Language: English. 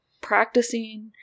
practicing